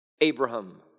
Abraham